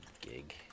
gig